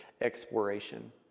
exploration